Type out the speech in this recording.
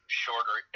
shorter